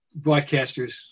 broadcasters